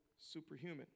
superhuman